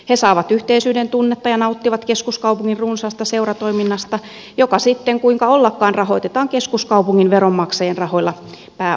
he saavat yhteisyyden tunnetta ja nauttivat keskuskaupungin runsaasta seuratoiminnasta joka sitten kuinka ollakaan rahoitetaan keskuskaupungin veromaksajien rahoilla pääosin